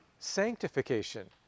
sanctification